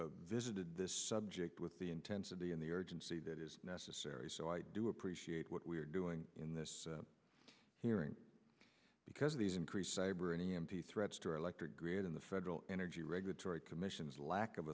visited this subject with the intensity and the urgency that is necessary so i do appreciate what we are doing in this hearing because of these increased cyber any empty threats to our electric grid in the federal energy regulatory commission his lack of